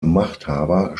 machthaber